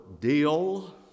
deal